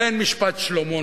כעין משפט שלמה,